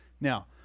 Now